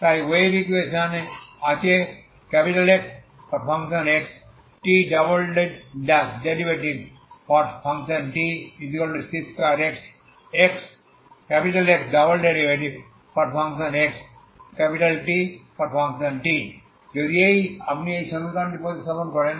তাই wave equation এ আছে XTtc2XxTt যদি আপনি এই সমীকরণটি প্রতিস্থাপন করেন